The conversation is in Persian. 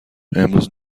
امروز